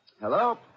Hello